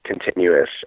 continuous